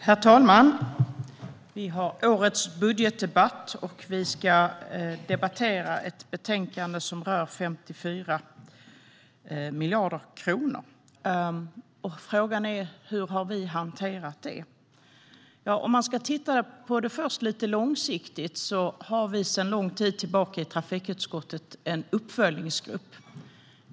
Herr talman! Vi har årets budgetdebatt, och vi ska debattera ett betänkande som rör 54 miljarder kronor. Frågan är hur vi har hanterat det. Vi kan först titta på det lite långsiktigt. Sedan lång tid tillbaka finns det en uppföljningsgrupp i trafikutskottet.